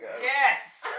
Yes